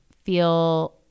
feel